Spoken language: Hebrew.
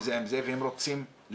עם זה ועם זה והם רוצים לבוא.